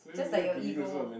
just like your ego